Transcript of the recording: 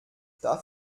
darf